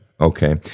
Okay